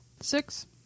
Six